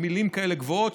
הן מילים כאלה גבוהות,